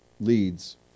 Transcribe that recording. leads